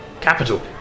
Capital